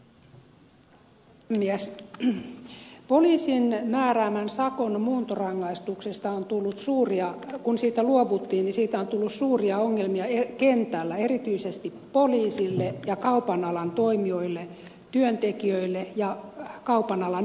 kun poliisin määräämästä sakon muuntorangaistuksesta on tullut suuria kun siitä luovuttiin siitä on tullut suuria ongelmia kentällä erityisesti poliisille ja kaupan alan toimijoille työntekijöille ja kaupan alan yrittäjille